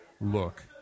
look